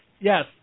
Yes